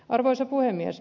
arvoisa puhemies